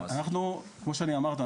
כמו שאמרתי,